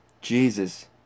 Jesus